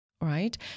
right